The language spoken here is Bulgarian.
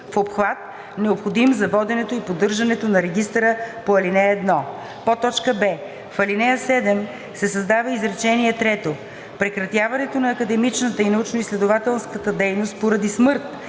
в обхват, необходим за воденето и поддържането на регистъра по ал. 1.“; б) в ал. 7 се създава изречение трето: „Прекратяването на академичната и научноизследователската дейност поради смърт